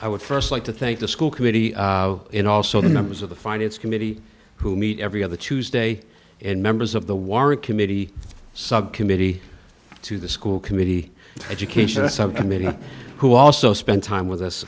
i would first like to thank the school committee in also the numbers of the finance committee who meet every other tuesday and members of the warrick committee subcommittee to the school committee education subcommittee who also spent time with us